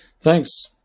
thanks